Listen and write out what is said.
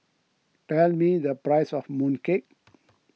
tell me the price of Mooncake